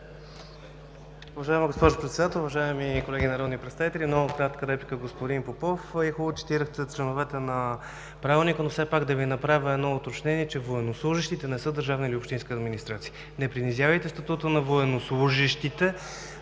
уважаеми колеги народни представители! Много кратка реплика, господин Попов. Вие хубаво цитирахте членовете на Правилника, но все пак да Ви направя едно уточнение, че военнослужещите не са държавна или общинска администрация. Не принизявайте статута на военнослужещите.